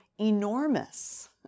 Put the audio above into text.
enormous